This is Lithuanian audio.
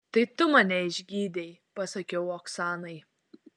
tai tu mane išgydei pasakiau oksanai